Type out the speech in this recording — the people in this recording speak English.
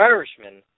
Irishman